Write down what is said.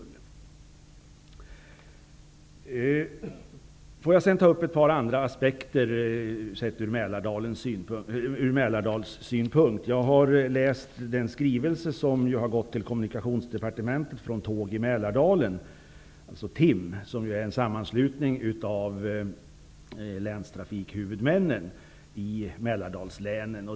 Låt mig sedan ta ett par andra aspekter ur Mälardalssynpunkt. Jag har läst den skrivelse som har skickats till Kommunikationsdepartementet från Tåg i Mälardalen, TIM, som är en sammanslutning av länstrafikhuvudmännen i Mälardalslänen.